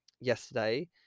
yesterday